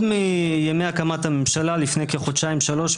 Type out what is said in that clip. עוד מימי הקמת הממשלה לפני כחודשיים-שלושה,